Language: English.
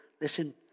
Listen